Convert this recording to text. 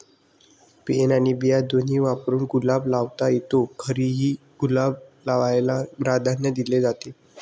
pen आणि बिया दोन्ही वापरून गुलाब लावता येतो, घरीही गुलाब लावायला प्राधान्य दिले जाते